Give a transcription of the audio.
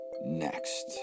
next